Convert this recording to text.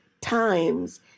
times